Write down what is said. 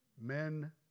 men